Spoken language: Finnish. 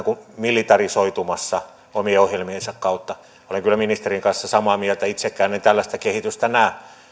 kuin militarisoitumassa omien ohjelmiensa kautta olen kyllä ministerin kanssa samaa mieltä itsekään en tällaista kehitystä näe